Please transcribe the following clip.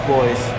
Boys